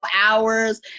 hours